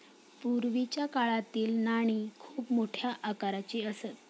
पूर्वीच्या काळातील नाणी खूप मोठ्या आकाराची असत